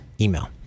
email